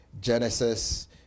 Genesis